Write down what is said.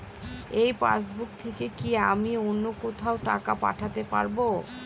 এই পাসবুক থেকে কি আমি অন্য কোথাও টাকা পাঠাতে পারব?